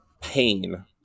pain